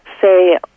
say